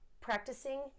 Practicing